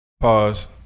Pause